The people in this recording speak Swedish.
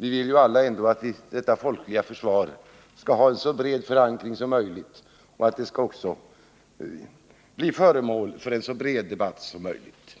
Vi vill ju alla ändå att vårt folkliga försvar skall ha en så bred förankring som möjligt och också bli föremål för en så bred debatt som möjligt.